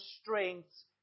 strengths